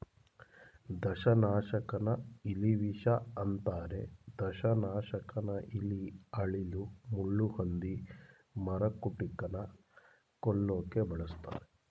ದಂಶನಾಶಕನ ಇಲಿವಿಷ ಅಂತರೆ ದಂಶನಾಶಕನ ಇಲಿ ಅಳಿಲು ಮುಳ್ಳುಹಂದಿ ಮರಕುಟಿಕನ ಕೊಲ್ಲೋಕೆ ಬಳುಸ್ತರೆ